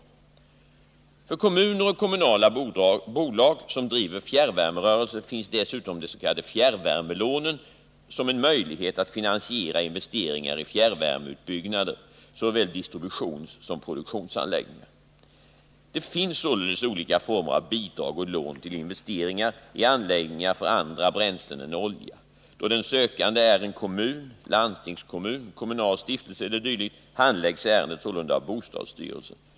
För kommuner och kommunala bolag som driver fjärrvärmerörelse finns dessutom de s.k. fjärrvärmelånen som en möjlighet att finansiera investeringar i fjärrvärmeutbyggnader, såväl distributionssom produktionsanläggningar. Det finns således olika former för bidrag och lån till investeringar i anläggningar för andra bränslen än olja. Då den sökande är en kommun, landstingskommun, kommunal stiftelse e. d. handläggs ärendet sålunda av bostadsstyrelsen.